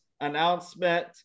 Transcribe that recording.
announcement